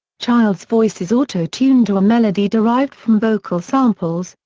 child's voice is auto-tuned to a melody derived from vocal samples,